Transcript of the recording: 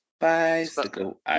Bicycle